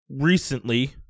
recently